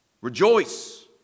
Rejoice